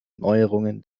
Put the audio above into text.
neuerungen